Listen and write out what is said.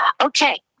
Okay